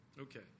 Okay